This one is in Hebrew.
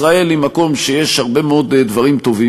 ישראל היא מקום שיש בו הרבה מאוד דברים טובים,